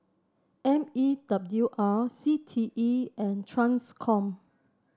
M E W R C T E and Transcom